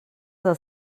del